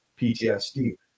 ptsd